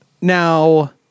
now